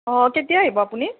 অ' কেতিয়া আহিব আপুনি